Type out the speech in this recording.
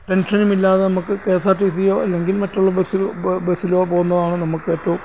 ടെൻഷനുമില്ലാതെ നമുക്ക് K S R T C യോ അല്ലെങ്കിൽ മറ്റുള്ള ബസ്സിലോ പോകുന്നതാണ് നമുക്ക് ഏറ്റവും